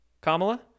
Kamala